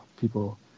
people